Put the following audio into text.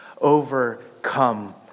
overcome